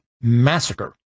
massacre